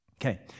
Okay